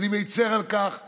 אני מצר על כך שהממשלה,